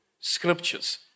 scriptures